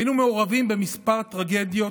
היינו מעורבים בכמה טרגדיות,